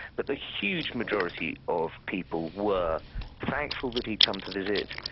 but the huge majority of people were thankful that he'd come to visit,